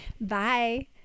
bye